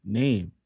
name